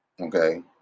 okay